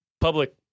public